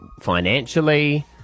financially